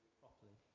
properly